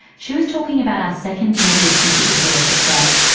she was talking about our second connective tissue disorder for today,